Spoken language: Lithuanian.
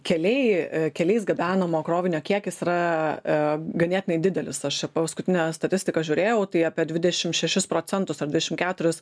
keliai keliais gabenamo krovinio kiekis yra ganėtinai didelis aš čia paskutinę statistiką žiūrėjau tai apie dvidešim šešis procentus ar dvidešim keturis